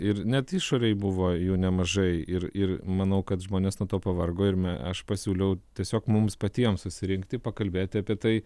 ir net išorėj buvo jų nemažai ir ir manau kad žmonės nuo to pavargo ir aš pasiūliau tiesiog mums patiems susirinkti pakalbėti apie tai